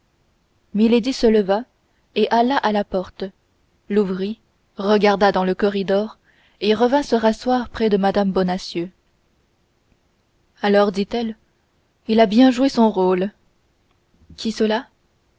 se leva et alla à la porte l'ouvrit regarda dans le corridor et revint se rasseoir près de mme bonacieux alors dit-elle il a bien joué son rôle qui